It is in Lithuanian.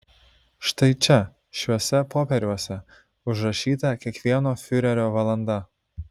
štai čia šiuose popieriuose užrašyta kiekviena fiurerio valanda